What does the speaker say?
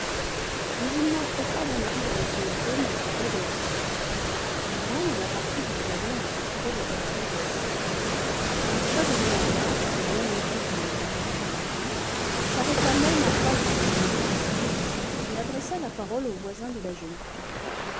mais il n'entrait pas dans les vues de m elton de se dérober il vint dans la partie du salon où se trouvaient les personnes assises marcha de long en large pour bien montrer qu'il n'était pas engagé s'arrêta même en face de mlle smith et adressa la parole aux voisins de la jeune fille